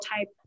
type